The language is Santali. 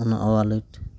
ᱚᱱᱟ ᱳᱣᱟᱞᱮᱹᱴ